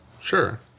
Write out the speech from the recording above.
Sure